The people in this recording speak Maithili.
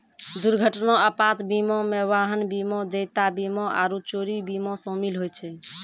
दुर्घटना आपात बीमा मे वाहन बीमा, देयता बीमा आरु चोरी बीमा शामिल होय छै